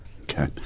Okay